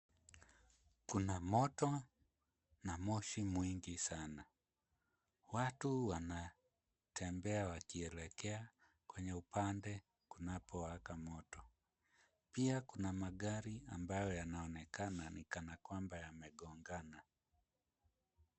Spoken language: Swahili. Kuna moto na moshi mwingi sana, watu wanatembea wakielekea kwenye upande kunapowaka moto. Pia kuna magari ambayo yanaonekana ni kana kwamba yamegongana.